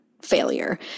failure